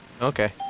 Okay